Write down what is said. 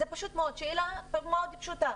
זאת שאלה מאוד פשוטה.